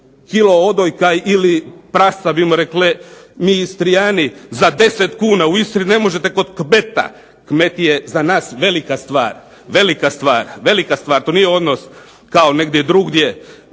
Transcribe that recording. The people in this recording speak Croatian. kilu odojka ili prasca bi rekli mi Istrijani, za 10 kuna. U Istri ne možete kod kmeta, kmet je za nas velika stvar, to nije odnos kao negdje drugdje,